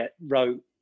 wrote